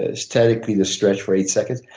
ah statically the stretch for eight seconds.